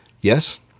Yes